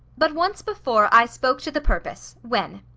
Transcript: but once before i spoke to the purpose when?